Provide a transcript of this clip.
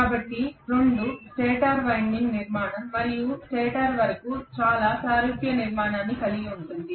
కాబట్టి రెండూ stator winding నిర్మాణం మరియు స్టేటర్ వరకు చాలా సారూప్య నిర్మాణాన్ని కలిగి ఉంటుంది